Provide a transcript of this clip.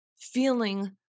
feeling